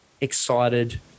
excited